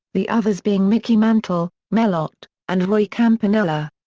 the others being mickey mantle, mel ott, and roy campanella.